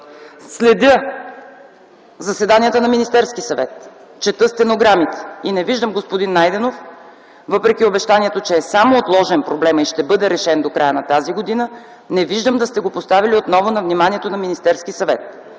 Следя заседанията на Министерския съвет, чета стенограмите и не виждам, господин Найденов, въпреки обещанието, че проблемът е само отложен и ще бъде решен до края на тази година, да сте го поставили отново на вниманието на Министерския съвет.